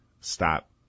stop